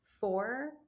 four